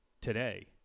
today